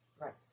Right